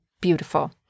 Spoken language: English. beautiful